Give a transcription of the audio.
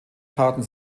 taten